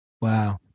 Wow